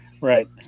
Right